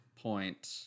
point